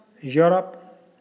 Europe